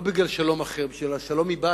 לא בגלל שלום אחר, בשביל השלום מבית,